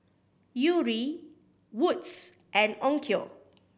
Yuri Wood's and Onkyo